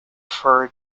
for